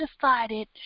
decided